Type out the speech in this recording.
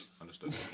Understood